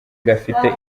gafite